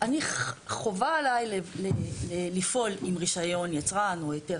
חובה עליי לפעול עם רישיון יצרן או היתר